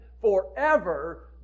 forever